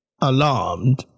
alarmed